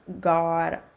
God